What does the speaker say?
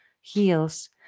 heals